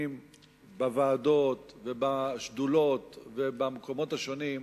בוועדות ובשדולות ובמקומות השונים,